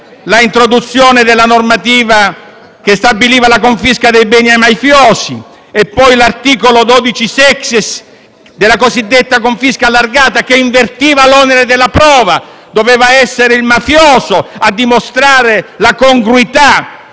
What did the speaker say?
l'introduzione della normativa che stabiliva la confisca dei beni ai mafiosi; l'articolo 12-*sexies* della cosiddetta confisca allargata, che invertiva l'onere della prova, per cui doveva essere il mafioso a dimostrare la congruità